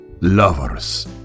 lovers